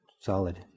solid